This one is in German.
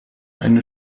eine